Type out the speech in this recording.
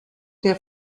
der